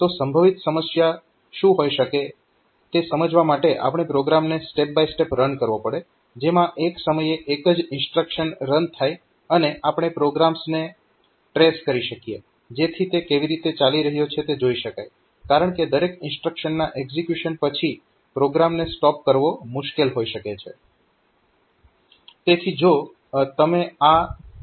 તો સંભવિત સમસ્યા શું હોઈ શકે છે તે સમજવા માટે આપણે પ્રોગ્રામને સ્ટેપ બાય સ્ટેપ રન કરવો પડે જેમાં એક સમયે એક જ ઇન્સ્ટ્રક્શન રન થાય અને આપણે પ્રોગ્રામને ટ્રેસ કરી શકીએ જેથી તે કેવી રીતે ચાલી રહ્યો છે તે જોઈ શકાય કારણકે દરેક ઇન્સ્ટ્રક્શનના એકઝીક્યુશન પછી પ્રોગ્રામને સ્ટોપ કરવો મુશ્કેલ હોઈ શકે છે